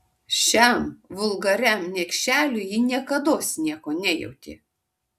šiam vulgariam niekšeliui ji niekados nieko nejautė